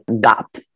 gap